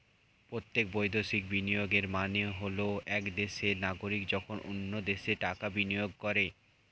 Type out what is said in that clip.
প্রত্যক্ষ বৈদেশিক বিনিয়োগের মানে হল এক দেশের নাগরিক যখন অন্য দেশে টাকা বিনিয়োগ করে